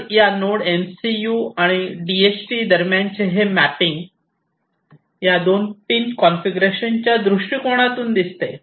तर या node MCU आणि डीएचटी दरम्यानचे हे मॅपिंग या दोन्ही पिन कॉन्फिगरेशनच्या दृष्टीकोनातून दिसते